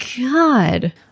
God